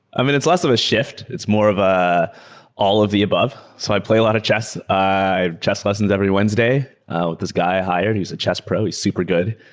i mean, it's less of a shift. it's more of ah all of the above. so i play a lot of chess. i have chess lessons every wednesday with this guy i hired, who's a chest pro. he's super good,